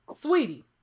Sweetie